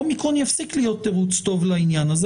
ה-אומיקרון יפסיק להיות תירוץ טוב לעניין הזה